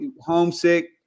homesick